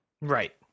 Right